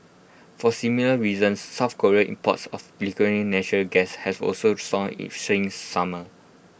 for similar reasons south Korea imports of natural gas has also soared since summer